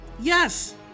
yes